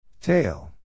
Tail